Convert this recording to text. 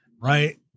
Right